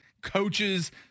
coaches